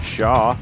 Shaw